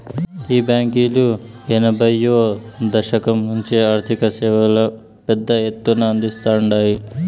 ఈ బాంకీలు ఎనభైయ్యో దశకం నుంచే ఆర్థిక సేవలు పెద్ద ఎత్తున అందిస్తాండాయి